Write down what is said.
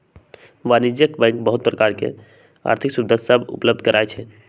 वाणिज्यिक बैंक बहुत प्रकार के आर्थिक सेवा सभ उपलब्ध करइ छै